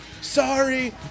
sorry